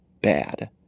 bad